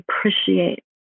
appreciate